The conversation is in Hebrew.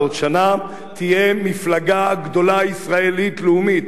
בעוד שנה תהיה מפלגה גדולה ישראלית-לאומית